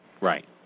Right